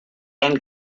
and